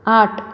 आठ